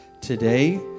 today